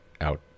out